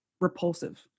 repulsive